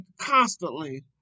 constantly